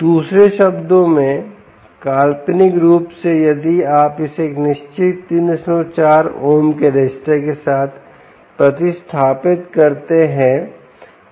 दूसरे शब्दों में काल्पनिक रूप से यदि आप इसे एक निश्चित 34 ओम के रजिस्टर के साथ प्रतिस्थापित करते हैं